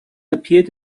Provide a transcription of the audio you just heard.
appeared